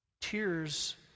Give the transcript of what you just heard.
tears